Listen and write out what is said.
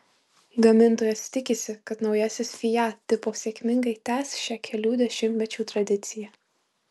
gamintojas tikisi kad naujasis fiat tipo sėkmingai tęs šią kelių dešimtmečių tradiciją